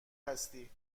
هستی